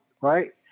right